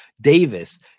Davis